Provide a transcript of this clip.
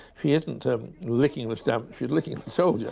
she isn't um licking the stamps, she's licking the so yeah